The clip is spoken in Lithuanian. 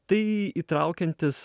tai įtraukiantis